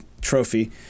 trophy